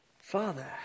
Father